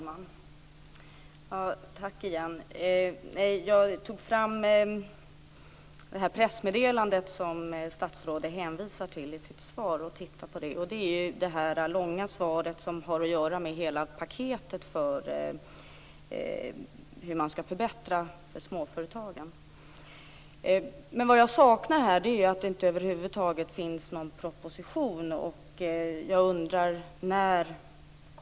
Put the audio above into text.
Fru talman! Jag tog fram det pressmeddelande som statsrådet hänvisade till i sitt svar och tittade på det. Det är det långa svar som har att göra med hela paketet för hur man skall förbättra för småföretagen. Men vad jag saknar är att det över huvud taget inte finns någon proposition, och jag undrar när en sådan kommer.